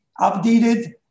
updated